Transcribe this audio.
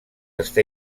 està